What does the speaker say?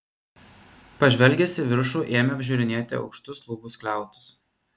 pažvelgęs į viršų ėmė apžiūrinėti aukštus lubų skliautus